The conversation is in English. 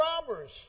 robbers